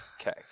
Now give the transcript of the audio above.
Okay